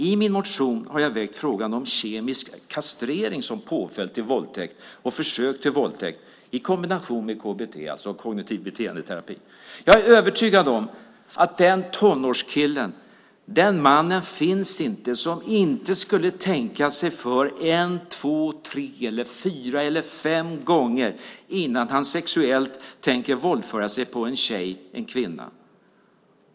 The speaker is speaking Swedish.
I min motion har jag väckt frågan om kemisk kastrering som påföljd för våldtäkt och försök till våldtäkt i kombination med KBT, kognitiv beteendeterapi. Jag är övertygad om att den tonårskille eller man inte finns som i och med detta inte skulle tänka sig för en, två, tre, fyra eller fem gånger innan han sexuellt våldför sig på en tjej eller en kvinna.